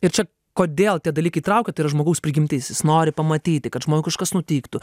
ir čia kodėl tie dalykai traukia tai yra žmogaus prigimtis jis nori pamatyti kad žmogui kažkas nutiktų